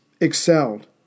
excelled